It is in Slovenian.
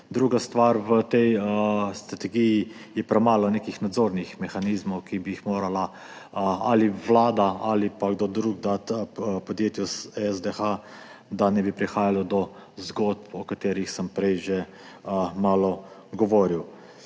Druga stvar, v tej strategiji je premalo nekih nadzornih mehanizmov, ki bi jih morala Vlada ali pa kdo drug dati podjetju SDH, da ne bi prihajalo do zgodb, o katerih sem prej že malo govoril.